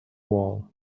wall